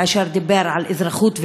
כאשר דיבר על אזרחות ונאמנות,